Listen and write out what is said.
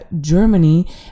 Germany